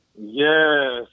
Yes